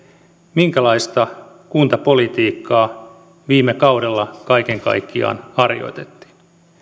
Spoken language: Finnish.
minkälaista kuntapolitiikkaa viime kaudella kaiken kaikkiaan harjoitettiin